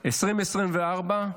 2024,